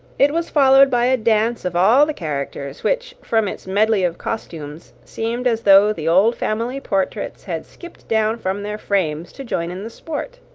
it was followed by a dance of all the characters, which, from its medley of costumes, seemed as though the old family portraits had skipped down from their frames to join in the sport.